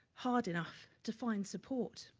hard enough to find support.